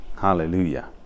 Hallelujah